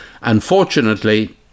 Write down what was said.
Unfortunately